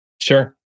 Sure